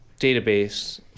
database